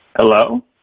Hello